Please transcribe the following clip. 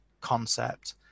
concept